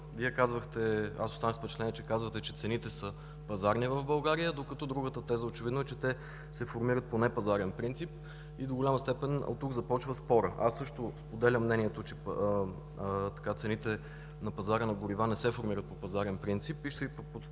за което останах с впечатление, че казвате – че цените са пазарни в България, докато другата теза очевидно е, че се формират по непазарен принцип. До голяма степен оттук започва спорът. Аз също споделям мнението, че цените на пазара на горива не се формират по пазарен принцип и ще Ви представя